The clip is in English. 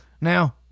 now